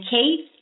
Kate